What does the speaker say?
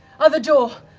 other door.